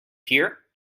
hear